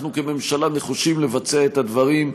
אנחנו כממשלה נחושים לבצע את הדברים.